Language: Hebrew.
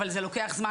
אבל זה לוקח זמן,